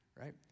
Right